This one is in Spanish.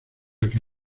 que